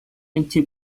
into